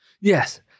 Yes